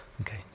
Okay